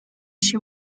she